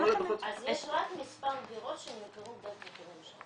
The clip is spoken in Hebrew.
כל הדוחות --- אז יש רק מספר דירות שנמכרו דרך 'מחיר למשתכן'